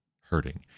hurting